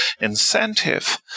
incentive